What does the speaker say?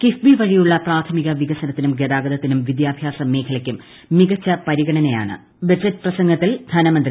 കിഫ്ബി വഴിയുള്ള പ്രാഥമിക വികസനത്തിനും ഗതാഗതത്തിനും വിദ്യാഭ്യാസ മേഖലയ്ക്കും മികച്ച പരിഗണനയെന്ന് ധനമന്ത്രി